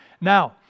Now